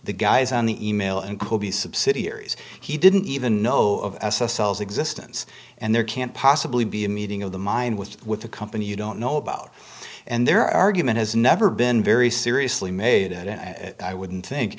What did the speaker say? the guys on the email and could be subsidiaries he didn't even know of cells existence and there can't possibly be a meeting of the mind with with a company you don't know about and their argument has never been very seriously made and i wouldn't think